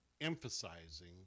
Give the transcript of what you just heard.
emphasizing